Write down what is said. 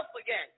again